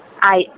ಆಯ್ತ್